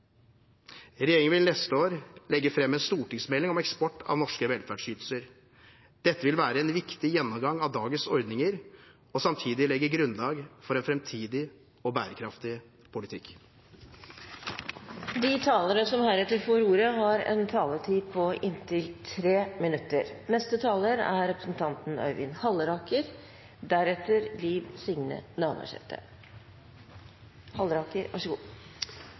Regjeringen vil neste år legge fram en stortingsmelding om eksport av norske velferdsytelser. Dette vil være en viktig gjennomgang av dagens ordninger og samtidig legge grunnlag for en framtidig og bærekraftig politikk. De talere som heretter får ordet, har en taletid på inntil 3 minutter.